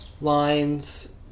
lines